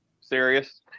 serious